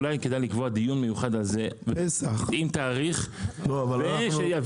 אולי כדאי לקבוע דיון מיוחד לזה --- חלק הם